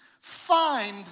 find